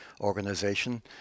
organization